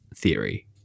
theory